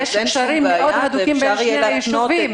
ויש קשרים הדוקים מאוד בין שני הישובים.